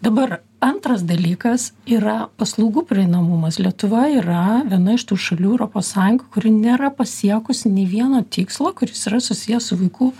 dabar antras dalykas yra paslaugų prieinamumas lietuva yra viena iš tų šalių europos sąjungoj kuri nėra pasiekusi nei vieno tikslo kuris yra susijęs su vaikų